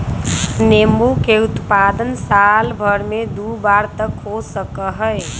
नींबू के उत्पादन साल भर में दु बार तक हो सका हई